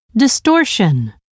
Distortion